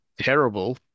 terrible